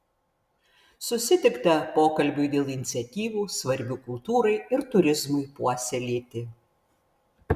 susitikta pokalbiui dėl iniciatyvų svarbių kultūrai ir turizmui puoselėti